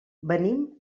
venim